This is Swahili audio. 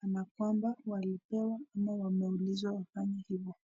kana kwamba walipewa ama waliulizwa wafanye hivo.